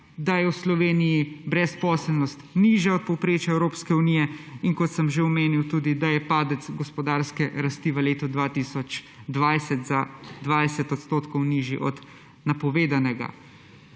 da je v Sloveniji brezposelnost nižja od povprečja Evropske unije in, kot sem že omenil tudi, da je padec gospodarske rasti v letu 2020 za 20 % nižji od napovedanega.